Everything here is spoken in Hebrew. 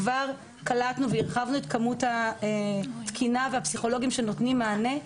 כבר קלטנו והרחבנו את כמות התקינה והפסיכולוגים שנותנים מענה.